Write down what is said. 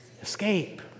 Escape